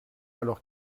alors